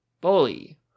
bully